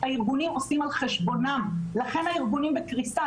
הארגונים עושים על חשבונם לכן הארגונים בקריסה.